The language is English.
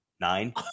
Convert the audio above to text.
nine